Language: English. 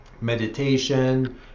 meditation